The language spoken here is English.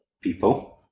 people